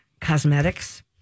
cosmetics